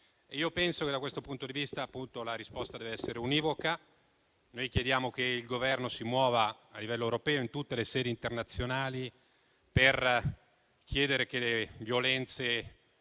Penso che da questo punto di vista la risposta deve essere univoca. Noi chiediamo che il Governo si muova, a livello europeo e in tutte le sedi internazionali, per chiedere che le violenze